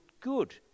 good